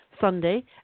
sunday